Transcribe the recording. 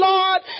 Lord